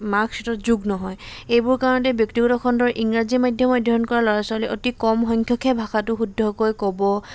মাৰ্কশ্বীটত যুগ নহয় এইবোৰ কাৰণতে ব্যক্তিগত খণ্ডৰ ইংৰাজী মাধ্যম অধ্যয়ন কৰা ল'ৰা ছোৱালীয়ে অতি কম সংখ্যকহে ভাষাটো শুদ্ধকৈ ক'ব